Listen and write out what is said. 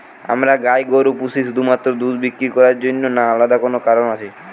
আমরা গাই গরু পুষি শুধুমাত্র দুধ বিক্রি করার জন্য না আলাদা কোনো কারণ আছে?